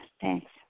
Thanks